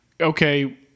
okay